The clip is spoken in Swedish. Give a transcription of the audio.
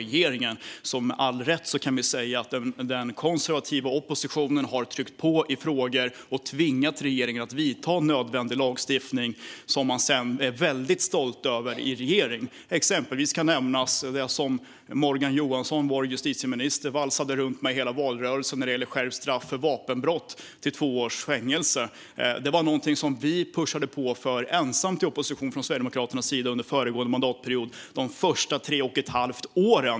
Vi kan alltså med all rätt säga att den konservativa oppositionen har tryckt på i frågor och tvingat regeringen att ta fram nödvändig lagstiftning - som regeringen sedan är väldigt stolt över. Exempelvis kan nämnas det som Morgan Johansson, vår justitieminister, valsade runt med under hela valrörelsen, nämligen skärpt straff för vapenbrott till två års fängelse. Det var någonting som vi från Sverigedemokraternas sida, ensamma i oppositionen, pushade på för under den föregående mandatperioden. Vi gjorde det under tre och ett halvt år.